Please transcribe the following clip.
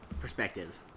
perspective